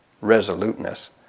resoluteness